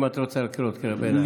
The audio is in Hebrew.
אם את רוצה לקרוא קריאות ביניים.